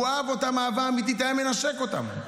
הוא אהב אותם אהבה אמיתית, היה מנשק אותם,